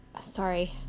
Sorry